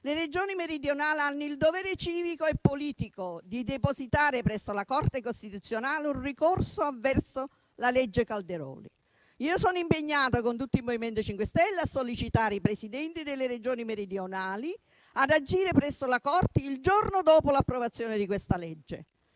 le Regioni meridionali hanno il dovere civico e politico di depositare presso la Corte costituzionale un ricorso avverso la legge Calderoli. Io sono impegnata, con tutti i colleghi del MoVimento 5 Stelle, a sollecitare i Presidenti delle Regioni meridionali ad agire presso la Corte il giorno dopo l'approvazione di questa legge.